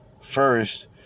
first